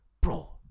Bro